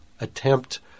attempt